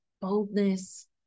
boldness